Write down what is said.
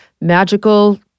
magical